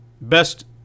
Best